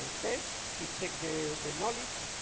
ah test to check the the knowledge.